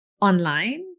online